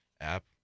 app